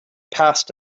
passed